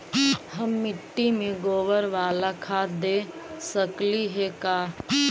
हम मिट्टी में गोबर बाला खाद दे सकली हे का?